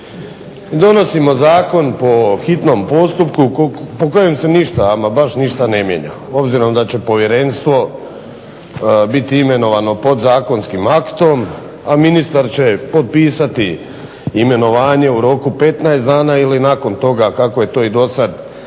Donosimo zakon po hitnom postupku po kojem se ništa, ama baš ništa ne mijenja. Obzirom da će povjerenstvo biti imenovano podzakonskim aktom, a ministar će potpisati imenovanje u roku 15 dana ili nakon toga kako je to i dosad bio